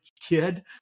kid